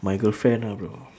my girlfriend ah bro